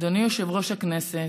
אדוני יושב-ראש הכנסת,